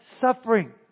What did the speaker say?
suffering